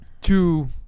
two